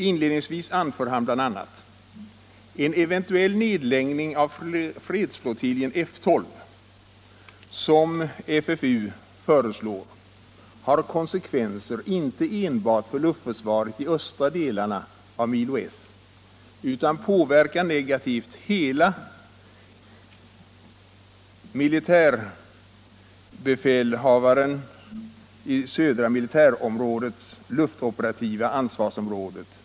Inledningsvis anför han bl.a.: ”En eventuell nedläggning av fredsflottiljen F 12, som fredsorganisationen vid flygvapnet föreslår, har konsekvenser inte enbart för luftförsvaret i östra delarna av milo S utan påverkar negativt hela MB S luftoperativa ansvarsområden.